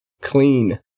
clean